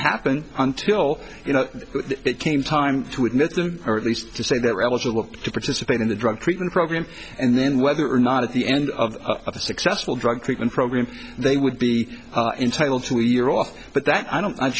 happen until you know it came time to admit them or at least to say that rebels are looking to participate in the drug treatment program and then whether or not at the end of a successful drug treatment program they would be entitled to a year off but that i don't i'm